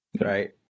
right